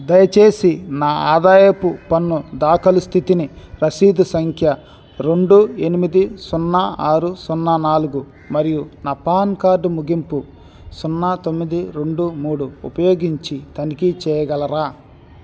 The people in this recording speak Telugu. దయచేసి నా ఆదాయపు పన్ను దాఖలు స్థితిని రసీదు సంఖ్య రెండు ఎనిమిది సున్నా ఆరు సున్నా నాలుగు మరియు నా పాన్ కార్డు ముగింపు సున్నా తొమ్మిది రెండు మూడు ఉపయోగించి తనిఖీ చేయగలరా